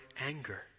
anger